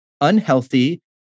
unhealthy